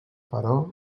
però